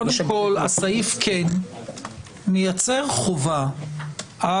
קודם כול, הסעיף כן מייצר חובה על